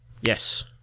Yes